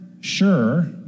sure